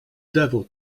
devil